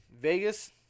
Vegas